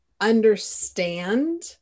understand